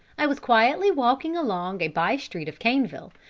i was quietly walking along a bye-street of caneville,